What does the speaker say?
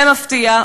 במפתיע,